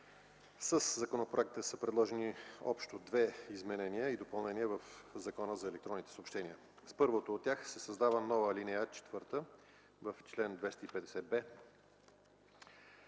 Със законопроекта са предложени общо две изменения и допълнения в Закона за електронните съобщения. С първото от тях се създава нова алинея 4 в чл. 250б.